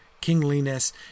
kingliness